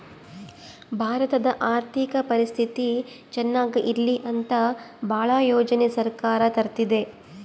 ಭಾರತದ ಆರ್ಥಿಕ ಪರಿಸ್ಥಿತಿ ಚನಾಗ ಇರ್ಲಿ ಅಂತ ಭಾಳ ಯೋಜನೆ ಸರ್ಕಾರ ತರ್ತಿದೆ